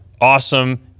awesome